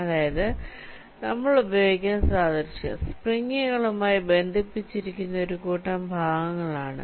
അതായത് നമ്മൾ ഉപയോഗിക്കുന്ന സാദൃശ്യം സ്പ്രിങ്ങുകളുമായി ബന്ധിപ്പിച്ചിരിയ്ക്കുന്ന ഒരു കൂട്ടം ഭാഗങ്ങൾ ആണ്